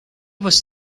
was